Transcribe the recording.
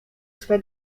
swe